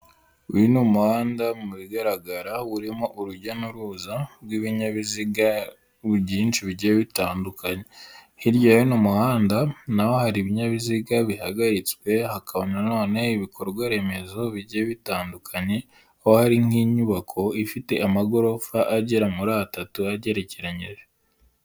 Uyu ni umuhanda mu bigaragara urimo urujya n'uruza rw'ibinyabiziga byinshi bigiye bitandukanye, hirya y'uno muhanda na ho hari ibinyabiziga bihagaritswe, hakaba na none ibikorwa remezo bigiye bitandukanye aho hari nk'inyubako ifite amagorofa agera muri atatu agerekeranyije.